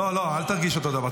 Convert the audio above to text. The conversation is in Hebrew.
לא, לא, אל תרגיש אותו דבר.